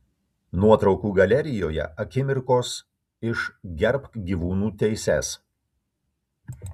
nuotraukų galerijoje akimirkos iš gerbk gyvūnų teises